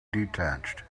detached